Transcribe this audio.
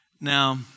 Now